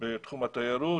בתחום התיירות,